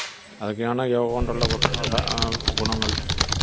അതൊക്കെയാണ് യോഗ കൊണ്ടുള്ള ഗു ഗുണങ്ങള്